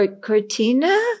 Cortina